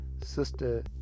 Sister